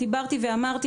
דיברתי ואמרתי,